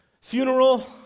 funeral